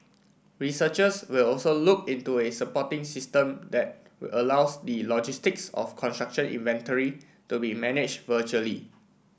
researchers will also look into a supporting system that allows the logistics of construction inventory to be manage virtually